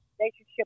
relationship